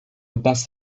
das